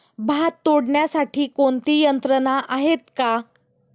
भात तोडण्यासाठी कोणती यंत्रणा आहेत का?